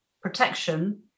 protection